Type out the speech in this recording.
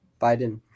Biden